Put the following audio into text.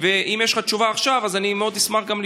אם יש לך תשובה עכשיו, אני אשמח מאוד לשמוע.